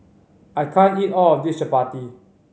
I can't eat all of this chappati